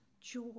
joy